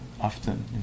often